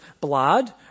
blood